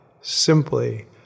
simply